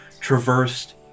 traversed